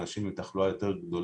אנשים עם תחלואה יותר גדולה